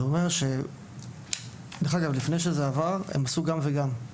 דרך אגב, לפני שזה עבר הם עשו גם וגם.